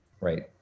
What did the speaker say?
right